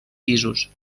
pisos